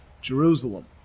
Jerusalem